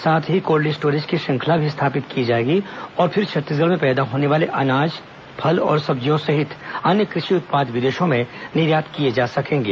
साथ ही cold storage की श्रृंखला भी स्थापित की जाएगी और फिर छत्तीसगढ़ में पैदा होने वाले अनाज फल और सब्जियों सहित अन्य कृषि उत्पाद विदेशों में निर्यात किए जा सकेंगे